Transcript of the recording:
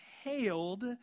hailed